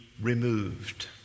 removed